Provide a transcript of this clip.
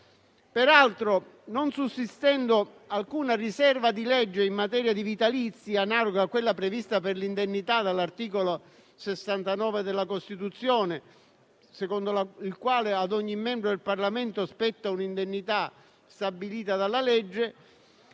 Peraltro, non sussistendo alcuna riserva di legge in materia di vitalizi analoga a quella prevista per l'indennità dall'articolo 69 della Costituzione, secondo il quale ad ogni membro del Parlamento spetta un'indennità stabilita dalla legge,